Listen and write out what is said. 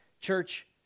Church